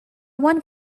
one